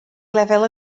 lefel